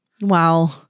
Wow